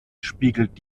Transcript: spiegelt